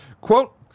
Quote